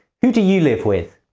who do you live with?